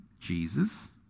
Jesus